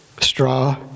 straw